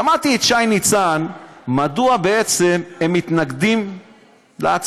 שמעתי את שי ניצן, מדוע בעצם הם מתנגדים להצעה.